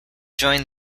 join